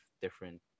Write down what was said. different